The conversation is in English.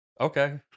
Okay